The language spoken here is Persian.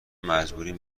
مجبوریم